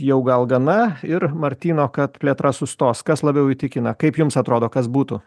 jau gal gana ir martyno kad plėtra sustos kas labiau įtikina kaip jums atrodo kas būtų